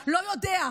שניות.